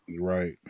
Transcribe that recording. Right